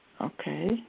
Okay